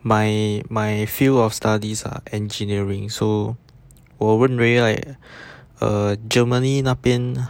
my my field of studies are engineering so 我问 ray ah ah germany 那边